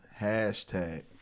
hashtag